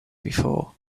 before